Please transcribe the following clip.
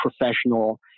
professional